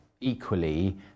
equally